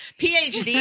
PhD